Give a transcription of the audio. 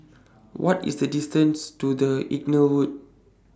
What IS The distance to The Inglewood